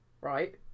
Right